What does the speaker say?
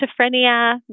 schizophrenia